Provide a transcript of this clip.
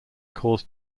cause